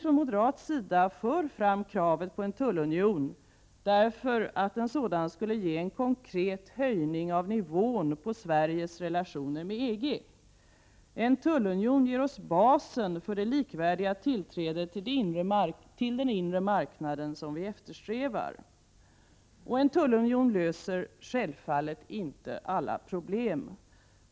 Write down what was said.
Från moderat sida för vi fram kravet på en tullunion, därför att en sådan skulle ge en konkret höjning av nivån på Sveriges relationer med EG. En tullunion ger oss basen för det likvärdiga tillträde till den inre marknaden som vi eftersträvar. En tullunion löser självfallet inte alla problem.